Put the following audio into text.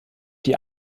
die